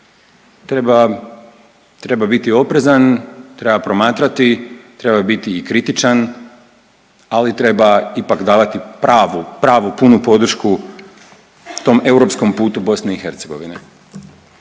treba biti oprezan, treba promatrati, treba biti i kritičan, ali treba ipak davati pravu, pravu punu podršku tom europskom putu BiH.